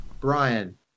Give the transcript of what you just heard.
brian